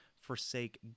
forsake